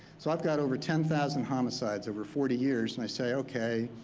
so i've got over ten thousand homicides over forty years and i say okay,